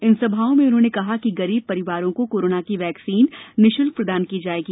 इन सभाओं में उन्होंने कहा कि गरीब परिवारों को कोरोना की वैक्सीन निशल्क प्रदान की जायेगी